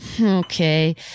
Okay